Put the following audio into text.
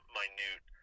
minute